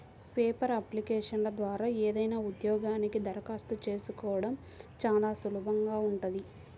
paper అప్లికేషన్ల ద్వారా ఏదైనా ఉద్యోగానికి దరఖాస్తు చేసుకోడం చానా సులభంగా ఉంటది